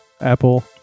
apple